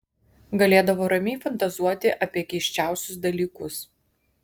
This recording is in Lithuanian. galėdavo ramiai fantazuoti apie keisčiausius dalykus